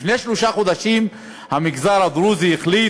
לפני שלושה חודשים המגזר הדרוזי החליט,